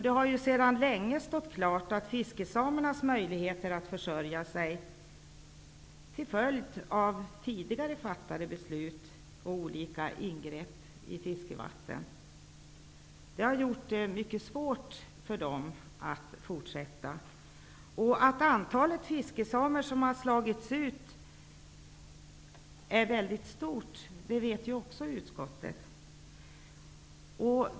Det har sedan länge stått klart att det är mycket svårt för fiskesamerna att försörja sig, till följd av tidigare fattade beslut och ingrepp i olika fiskevatten. Att antalet fiskesamer som slagits ut är väldigt stort, det vet också utskottet.